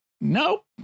Nope